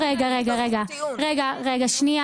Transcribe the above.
אותו עסק